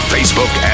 Facebook